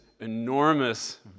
enormous